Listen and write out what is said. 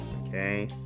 Okay